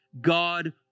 God